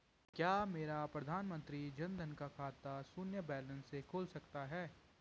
क्या मेरा प्रधानमंत्री जन धन का खाता शून्य बैलेंस से खुल सकता है?